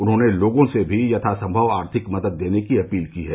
उन्होंने लोगों से भी यथासंभव आर्थिक मदद देने की अपील की है